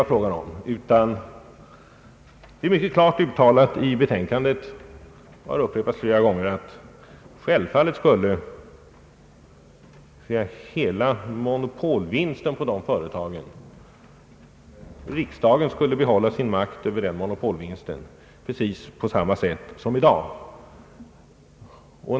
Det är nämligen mycket klart uttalat i betänkandet — och det har upprepats flera gånger — att självfallet skulle riksdagen behålla sin makt över monopolvinsten precis på samma sätt som i dag även efter en inordning av dessa företag i ett förvaltningsbolag.